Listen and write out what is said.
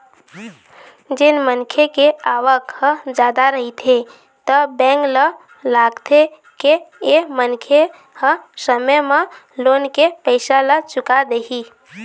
जेन मनखे के आवक ह जादा रहिथे त बेंक ल लागथे के ए मनखे ह समे म लोन के पइसा ल चुका देही